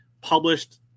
published